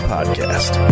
Podcast